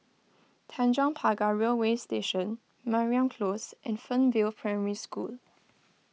Tanjong Pagar Railway Station Mariam Close and Fernvale Primary School